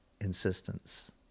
insistence